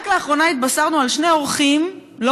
רק לאחרונה התבשרנו על שני אורחים לא